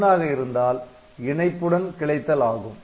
'1' ஆக இருந்தால் இணைப்புடன் கிளைத்தல் ஆகும்